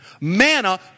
Manna